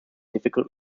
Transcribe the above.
difficult